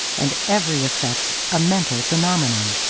and every effect a mental phenomenon.